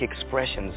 expressions